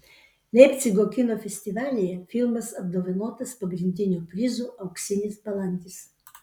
leipcigo kino festivalyje filmas apdovanotas pagrindiniu prizu auksinis balandis